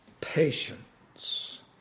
Patience